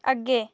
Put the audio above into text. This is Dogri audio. अग्गें